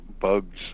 bugs